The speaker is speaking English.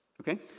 Okay